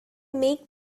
make